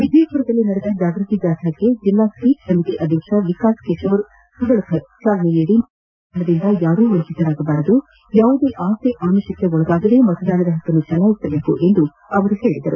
ವಿಜಯಮರದಲ್ಲಿ ನಡೆದ ಜಾಗೃತಿ ಜಾಥಾಕ್ಕೆ ಜಿಲ್ಲಾ ಸ್ವೀಪ್ ಸಮಿತಿ ಅಧ್ಯಕ್ಷ ವಿಕಾಸ್ ಕಿರೋರ್ ಸುರಳಕರ್ ಜಾಲನೆ ನೀಡಿ ಮಾತನಾಡಿ ಮತದಾನದಿಂದ ಯಾರೂ ವಂಚಿತರಾಗಬಾರದು ಯಾವುದೇ ಆಸೆ ಆಮಿಷಗಳಿಗೆ ಒಳಗಾಗದೇ ಮತದಾನದ ಪಕ್ಕನ್ನು ಚಲಾಯಿಸಬೇಕು ಎಂದು ಹೇಳಿದರು